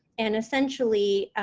and, essentially,